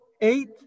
eight